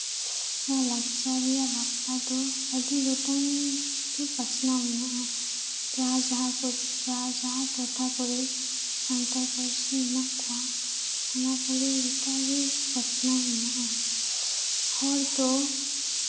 ᱱᱚᱶᱟ ᱞᱟᱠᱪᱟᱨ ᱨᱮᱭᱟᱜ ᱵᱟᱯᱞᱟ ᱫᱚ ᱟᱹᱰᱤ ᱜᱚᱴᱟᱝ ᱜᱮ ᱯᱟᱥᱱᱟᱣ ᱢᱮᱱᱟᱜᱼᱟ ᱡᱟᱦᱟᱸᱭ ᱡᱟᱦᱟᱸ ᱠᱚ ᱡᱟᱦᱟᱸᱭ ᱡᱟᱦᱟᱸ ᱴᱚᱴᱷᱟ ᱠᱚᱨᱮ ᱥᱟᱱᱛᱟᱞᱤ ᱯᱟᱹᱨᱥᱤ ᱢᱮᱱᱟᱜ ᱠᱚᱣᱟ ᱚᱱᱟ ᱠᱚᱨᱮ ᱜᱚᱴᱟᱜᱮ ᱯᱟᱥᱱᱟᱣ ᱢᱮᱱᱟᱜᱼᱟ ᱦᱚᱲ ᱫᱚ